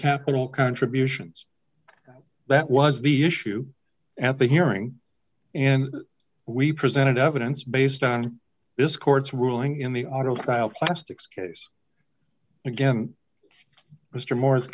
capital contributions that was the issue at the hearing and we presented evidence based on this court's ruling in the audio file plastics case again mr mo